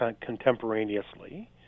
contemporaneously